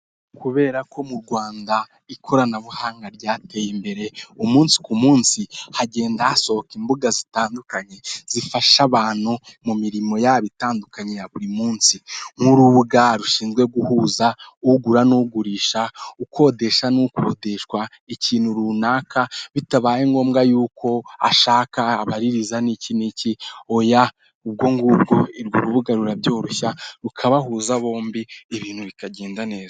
Kubera ko mu Rwanda ikoranabuhanga ryateye imbere umunsi ku munsi hagenda hasohoka imbuga zitandukanye zifasha abantu mu mirimo yabo itandukanye ya buri munsi nk'urubuga rushinzwe guhuza ugura n'ugurisha ukodesha n'ukodeshwa ikintu runaka bitabaye ngombwa yuko ashaka ,abaririza niki niki oya ubungubu urwo rubuga rurabyoroshya rukabahuza bombi ibintu bikagenda neza .